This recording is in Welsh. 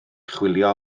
chwilio